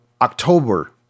October